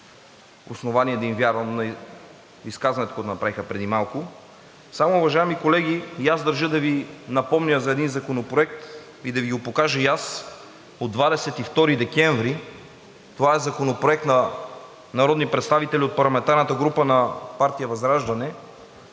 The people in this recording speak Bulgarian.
основание да им вярвам на изказването, което направиха преди малко. Само, уважаеми колеги, и аз държа да Ви напомня за един законопроект и да Ви го покажа и аз – от 22 декември, това е законопроект на народни представители на парламентарната група на партия ВЪЗРАЖДАНЕ